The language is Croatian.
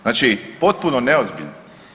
Znači potpuno neozbiljno.